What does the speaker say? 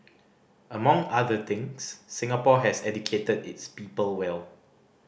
among other things Singapore has educated its people well